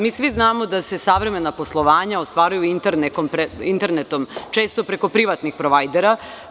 Mi svi znamo da se savremena poslovanja ostvaruju internetom, često preko privatnih provajdera.